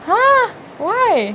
!huh! why